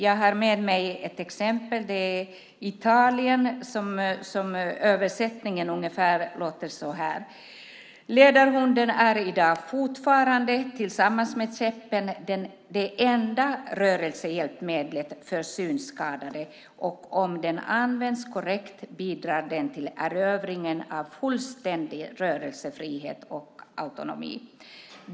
Jag har med mig ett exempel från Italien. Översättningen låter ungefär så här: Ledarhunden är i dag fortfarande tillsammans med käppen det enda rörelsehjälpmedlet för synskadade. Om den används korrekt bidrar den till erövringen av fullständig rörelsefrihet och autonomi.